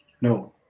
No